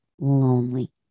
lonely